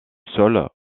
sol